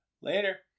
Later